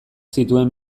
zituen